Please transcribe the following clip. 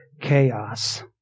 chaos